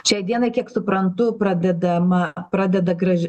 šiai dienai kiek suprantu pradedama pradeda grąž